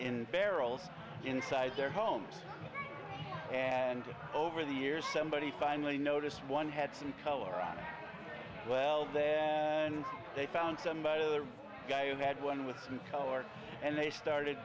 in barrels inside their homes and over the years somebody finally noticed one had some color around well then they found somebody the guy who had one with some color and they started